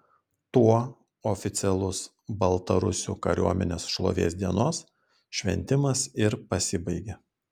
tuo oficialus baltarusių kariuomenės šlovės dienos šventimas ir pasibaigė